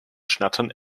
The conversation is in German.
schnattern